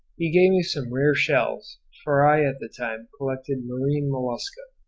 he gave me some rare shells, for i at that time collected marine mollusca,